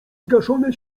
zgaszone